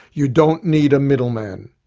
you don't need a middleman.